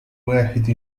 واحد